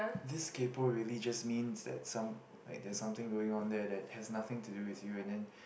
this kaypo really just means that some like there is something going on there that has nothing to do with you and then